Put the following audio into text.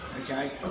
okay